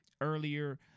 earlier